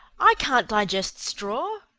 i can't digest straw!